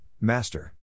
Master